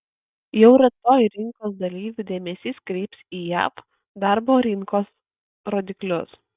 jau rytoj rinkos dalyvių dėmesys kryps į jav darbo rinkos rodiklius